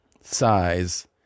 size